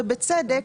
ובצדק,